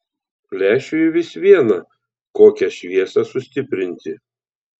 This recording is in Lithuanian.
lęšiui vis viena kokią šviesą sustiprinti